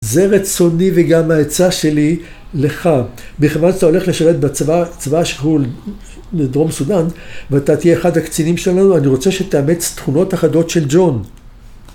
זה רצוני וגם ההצעה שלי לך, בכיוון שאתה הולך לשרת בצבא, צבא שחול לדרום סודאן ואתה תהיה אחד הקצינים שלנו, אני רוצה שתאמץ תכונות אחדות של ג'ון.